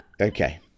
Okay